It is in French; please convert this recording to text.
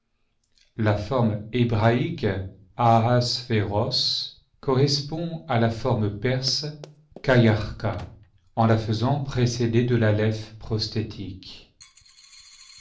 la forme hébraïque ahaèvéroë correspond à la forme perse kchayarcha en la faisant précéder de l'aleph